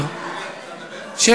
אינה נוכחת,